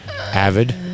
Avid